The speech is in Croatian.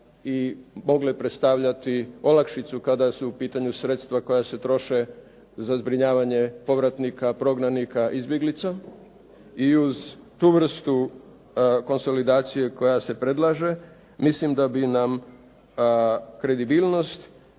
mogle predstavljati olakšicu kada su u pitanju sredstva koja se troše za zbrinjavanje povratnika, prognanika, izbjeglica i uz tu vrstu konsolidacije koja se predlaže mislim da bi nam kredibilnost